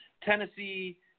Tennessee